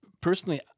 personally